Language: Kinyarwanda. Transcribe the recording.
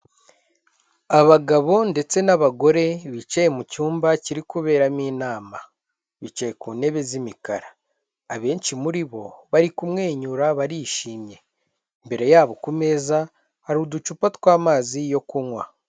Abagabo ndetse n'abagore bicaye mu cyumba kiri kuberamo inama. Bicaye ku ntebe z'imikara. Abenshi muri bo, bari kumwenyura, barishimye. Imbere yabo ku meza, hari uducupa tw'amazi yo kunywa.